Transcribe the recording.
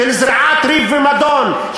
של זריעת ריב ומדון,